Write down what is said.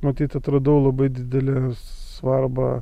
matyt atradau labai didelę svarbą